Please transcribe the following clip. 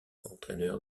entraîneur